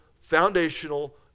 foundational